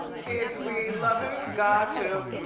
kids we love and got to